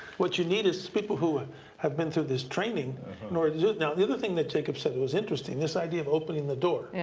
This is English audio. what you need is people who ah have been through this training in order to do it. now, the other thing that jacob said that was interesting, this idea of opening the door.